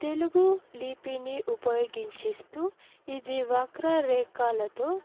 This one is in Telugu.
తెలుగు లిపిని ఉపయోగించిస్తూ ఇది వక్ర రేఖాలతో